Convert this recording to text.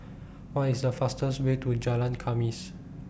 What IS The fastest Way to Jalan Khamis